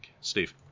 steve